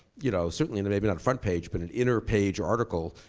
you know certainly and maybe not a front page, but an inner page article,